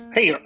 Hey